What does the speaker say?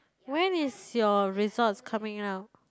when is your results coming out